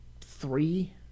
three